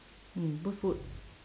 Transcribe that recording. mm put food